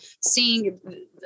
seeing